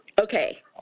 Okay